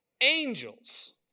angels